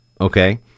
Okay